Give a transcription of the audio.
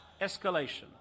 escalation